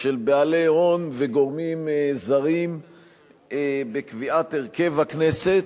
של בעלי הון וגורמים זרים בקביעת הרכב הכנסת,